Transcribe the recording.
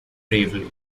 bravely